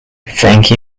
frankie